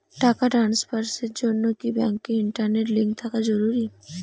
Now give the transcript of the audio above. টাকা ট্রানস্ফারস এর জন্য কি ব্যাংকে ইন্টারনেট লিংঙ্ক থাকা জরুরি?